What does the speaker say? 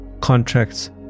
contracts